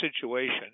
situation